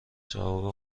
جواب